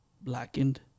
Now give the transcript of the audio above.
Blackened